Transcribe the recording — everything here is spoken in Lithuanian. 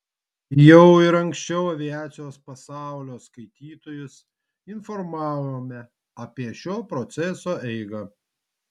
jau ir anksčiau aviacijos pasaulio skaitytojus informavome apie šio proceso eigą